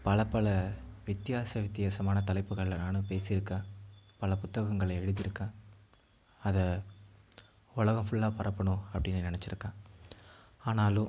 பல பல வித்தியாச வித்தியாசமான தலைப்புகளில் நானும் பேசியிருக்கேன் பல புத்தகங்களை எழுதியிருக்கேன் அதை உலகம் ஃபுல்லாக பரப்பணும் அப்படின்னு நினச்சிருக்கேன் ஆனாலும்